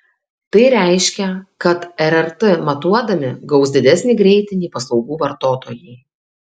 tai reiškia kad rrt matuodami gaus didesnį greitį nei paslaugų vartotojai